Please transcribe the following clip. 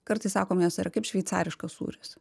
kartais sakom jos yra kaip šveicariškas sūris